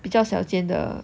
比较小间的